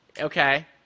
Okay